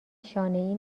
شانهای